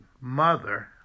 mother